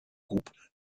groupe